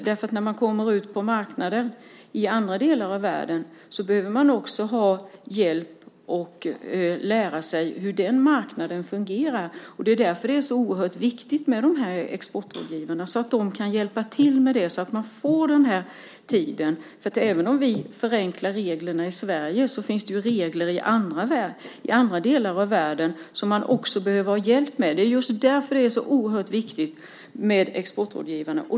När man kommer ut på marknader i andra delar av världen behöver man få hjälp med att lära sig hur den marknaden fungerar. Det är därför så oerhört viktigt med exportrådgivarna. De kan hjälpa till så att företagarna får den tid de behöver. Även om reglerna förenklas i Sverige finns det regler i andra delar av världen som man också behöver hjälp med. Det är därför det är så viktigt med exportrådgivarna.